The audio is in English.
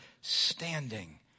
standing